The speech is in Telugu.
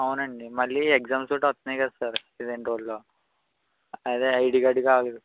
అవునండి మళ్ళీ ఎగ్జామ్స్ ఒకటి వస్తున్నాయి కదా సార్ ఈ రెండు రోజుల్లో అదే ఐడి కార్డ్ కావాలి